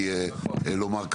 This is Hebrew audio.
יודע.